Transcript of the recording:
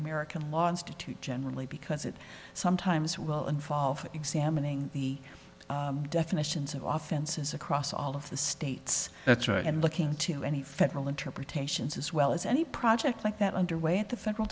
american law institute generally because it sometimes well involve examining the definitions of often says across all of the states and looking to any federal interpretations as well as any project like that under way at the federal